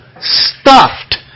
stuffed